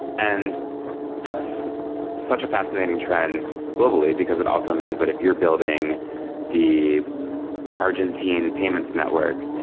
and that's such a fascinating trend globally, because it also means that if you're building the argentine payments network,